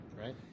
Right